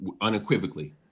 Unequivocally